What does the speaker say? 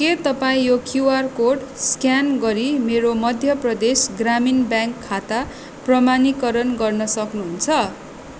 के तपाईँ यो क्युआर कोड स्क्यान गरी मेरो मध्य प्रदेश ग्रामीण ब्याङ्क खाता प्रमाणीकरण गर्न सक्नुहुन्छ